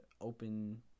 open